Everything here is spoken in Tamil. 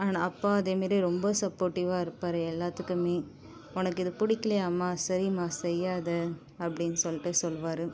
ஆனால் அப்பா அதேமாரி ரொம்ப சப்போட்டிவ்வாக இருப்பார் எல்லாத்துக்குமே உனக்கு இது பிடிக்கலையாம்மா சரிம்மா செய்யாத அப்படின்னு சொல்லிட்டு சொல்லுவார்